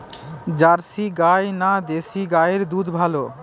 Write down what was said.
Jersey গাই না দেশী গাইয়ের দুধ ভালো?